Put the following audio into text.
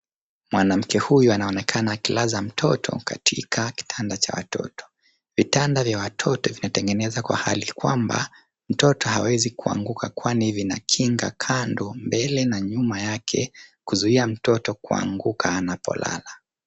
Mwanamke huyu anaonekana ailaza watoto katika kitanda cha watoto. Vitanda vya watoto vinatengenezwa kwa hali kwamba mtoto hawezi kuanguka kwani vina kinga kando, mbele na nyuma yake kuzuia mtoto kuanguka anapolala.